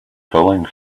pulling